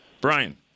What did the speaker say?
Brian